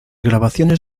grabaciones